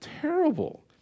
terrible